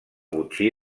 botxí